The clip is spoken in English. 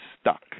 stuck